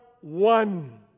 one